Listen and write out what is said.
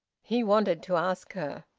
he wanted to ask her,